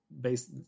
based